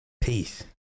Peace